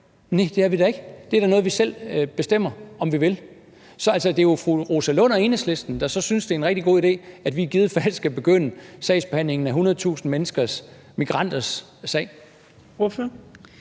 Nej, det er vi da ikke. Det er da noget, vi selv bestemmer om vi vil. Så det er jo fru Rosa Lund og Enhedslisten, der så synes, det er en rigtig god idé, at vi i givet fald skal begynde sagsbehandlingen af 100.000 menneskers, migranters, sager.